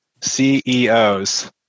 CEOs